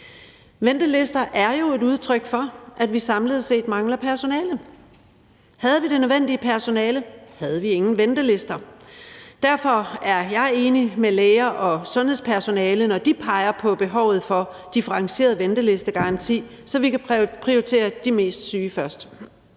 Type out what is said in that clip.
Ventelister er jo et udtryk for, at vi samlet set mangler personale. Havde vi det nødvendige personale, havde vi ingen ventelister, og derfor er jeg enig med læger og sundhedspersonale, når de peger på behovet for differentieret ventelistegaranti, så vi kan prioritere de mest syge først.